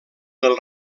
del